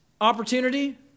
opportunity